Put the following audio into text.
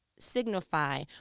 Signify